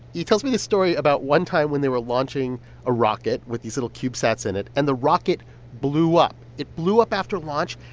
he tells me this story about one time when they were launching a rocket with these little cube sets in it, and the rocket blew up. it blew up after launch,